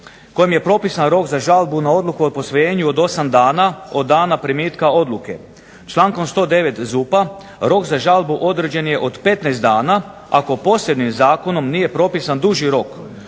kojim je propisan rok za žalbu na odluku o posvojenju od 8 dana od dana primitka odluke. Člankom 109. ZUP-a rok za žalbu određen je od 15 dana ako posebnim zakonom nije propisan duži rok.